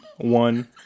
one